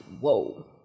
whoa